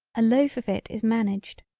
a loaf of it is managed.